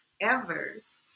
Evers